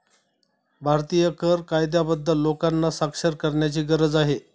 भारतीय कर कायद्याबद्दल लोकांना साक्षर करण्याची गरज आहे